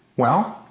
well,